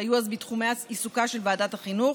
שהיו אז בתחומי עיסוקה של ועדת החינוך,